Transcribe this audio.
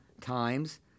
times